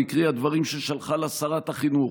היא הקריאה דברים ששלחה לה שרת החינוך.